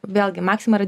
vėlgi maxima yra